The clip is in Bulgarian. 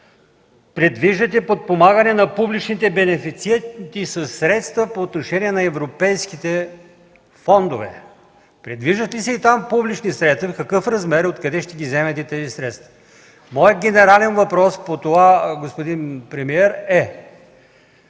предвиждате подпомагане на публичните бенефициенти със средства по отношение на европейските фондове. Предвиждат ли се и там публични средства, в какъв размер и откъде ще вземете тези средства? Господин премиер, моят